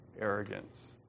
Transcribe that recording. arrogance